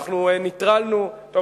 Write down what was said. טוב,